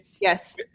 Yes